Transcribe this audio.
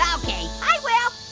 um okay, i will.